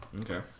Okay